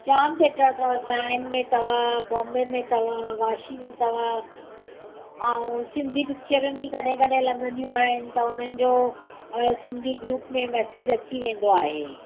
जामु थिएटर अथव साइन में अथव बॉम्बे में अथव वाशी में अथव ऐं सिंधी पिचर बि कॾहिं कॾहिं लॻंदियूं आहिनि त उन्हनि जो सिंधी ग्रुप में मेसिज अची वेंदो आहे